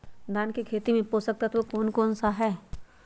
धान की खेती में पोषक तत्व कौन कौन सा है?